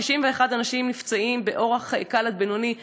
61 אנשים נפצעים באורח קל עד בינוני,